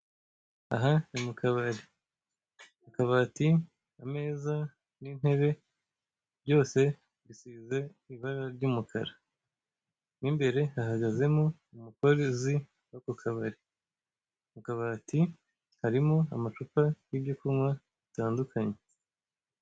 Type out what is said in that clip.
Aha ni mu kabari, akabati, ameza n'intebe byose bisize ibara ry'umukara, mo imbere hahagazemo umukozi w'ako kabari. Akabati karimo amacupa n'ibyo kunywa bitandukanye.